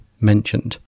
mentioned